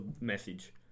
message